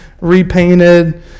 repainted